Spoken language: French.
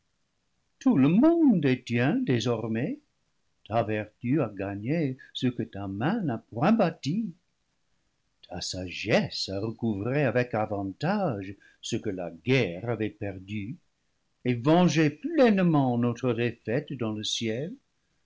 tout le monde est tien désormais ta vertu a gagné ce que ta main n'a point bâti ta sagesse a recouvré avec avantage ce que la guerre avait perdu et vengé pleinement notre défaite dans le ciel